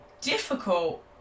difficult